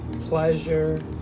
pleasure